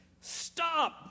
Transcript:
stop